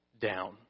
down